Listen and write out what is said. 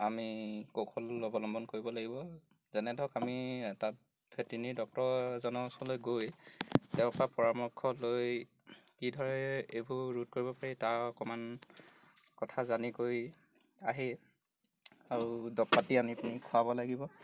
আমি কৌশল অৱলম্বন কৰিব লাগিব যেনে ধৰক আমি তাত ভেটেনেৰী ডক্তৰ এজনৰ ওচৰলৈ গৈ তেওঁৰ পৰা পৰামৰ্শ লৈ কিদৰে এইবোৰ ৰোধ কৰিব পাৰি তাৰ অকণমান কথা জানি কৰি আহি আৰু দৰৱ পাতি আনি পিনি খুৱাব লাগিব